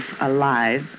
alive